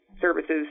services